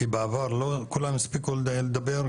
כי בעבר לא כולם הספיקו לדבר,